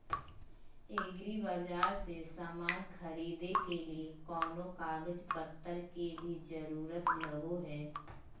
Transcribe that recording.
एग्रीबाजार से समान खरीदे के लिए कोनो कागज पतर के भी जरूरत लगो है?